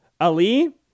Ali